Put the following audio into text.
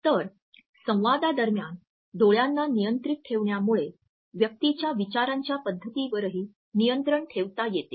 तर संवादादरम्यान डोळ्यांना नियंत्रित ठेवण्यामुळे व्यक्तीच्या विचारांच्या पद्धतींवरही नियंत्रण ठेवता येते